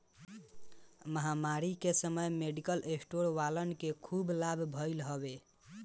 महामारी के समय मेडिकल स्टोर वालन के खूब लाभ भईल हवे